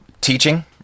teaching